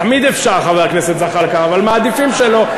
תמיד אפשר, חבר הכנסת זחאלקה, אבל מעדיפים שלא.